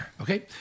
Okay